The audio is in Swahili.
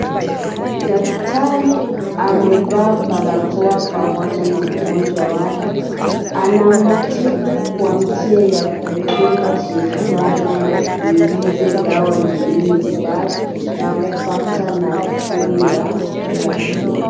Daktari amevaa barakoa pamoja na mgonjwa wake. Anamtibu kwa njia ya kumdunga shindano ingize dawa mwilini pake na kupata nafuu ya kila siku.